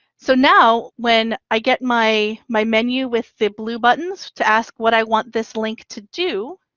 so now when i get my, my menu with the blue buttons to ask what i want this link to do,